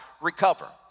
recover